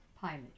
Pilot